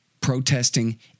protesting